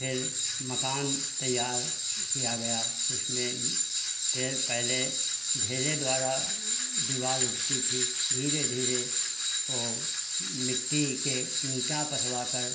गए मकान तैयार किया गया उसमें फिर पहले ढेले द्वारा दीवाल उठती थी धीरे धीरे वो मिट्टी के ईंटा पत्थर पर